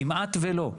כמעט ולא.